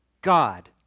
God